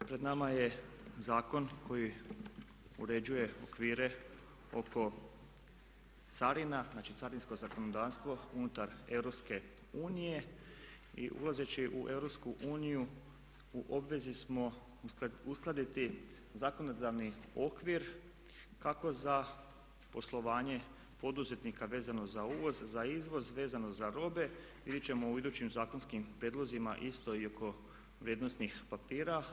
Pred nama je zakon koji uređuje okvire oko carina, znači carinsko zakonodavstvo unutar EU i ulazeći u EU u obvezi smo uskladiti zakonodavni okvir kako za poslovanje poduzetnika vezano za uvoz, za izvoz, vezano za … ćemo u idućim zakonskim prijedlozima isto iako vrijednosnih papira.